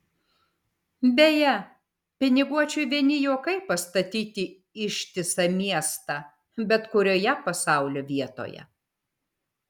beje piniguočiui vieni juokai pastatyti ištisą miestą bet kurioje pasaulio vietoje